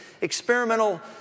experimental